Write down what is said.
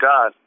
God